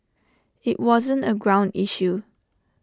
IT wasn't A ground issue